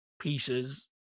pieces